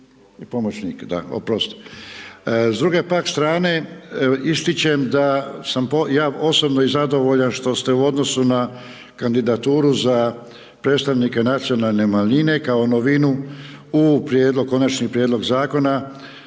S druge pak strane, ističem da sam ja osobno i zadovoljan što ste u odnosu na kandidaturu za predstavnike nacionalne manjine kao novinu u prijedlog, konačni prijedlog zakona,